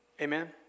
Amen